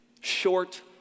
short